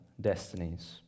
destinies